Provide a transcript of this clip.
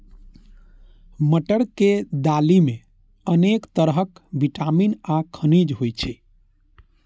मटर के दालि मे अनेक तरहक विटामिन आ खनिज होइ छै